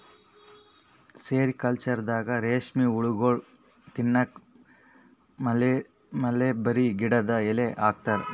ಸೆರಿಕಲ್ಚರ್ದಾಗ ರೇಶ್ಮಿ ಹುಳಗೋಳಿಗ್ ತಿನ್ನಕ್ಕ್ ಮಲ್ಬೆರಿ ಗಿಡದ್ ಎಲಿ ಹಾಕ್ತಾರ